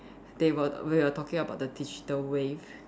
they were we were talking about the digital wave